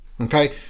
Okay